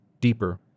Deeper